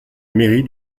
mairie